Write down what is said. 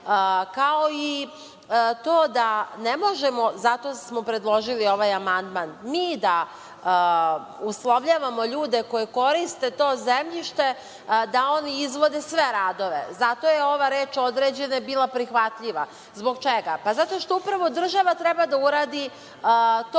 kao i to da ne možemo, zato smo predložili ovaj amandman, mi da uslovljavamo ljude koji koriste to zemljište da oni izvode sve radove. Zato je ova reč – određene bila prihvatljiva. Zbog čega? Zato što upravo država treba da uradi to,